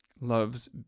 love's